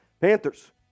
Panthers